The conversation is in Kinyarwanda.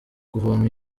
kuvoma